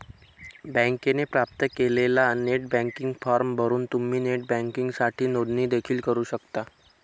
बँकेने प्राप्त केलेला नेट बँकिंग फॉर्म भरून तुम्ही नेट बँकिंगसाठी नोंदणी देखील करू शकता